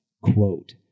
quote